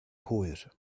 hwyr